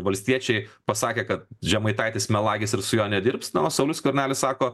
valstiečiai pasakė kad žemaitaitis melagis ir su juo nedirbs na o saulius skvernelis sako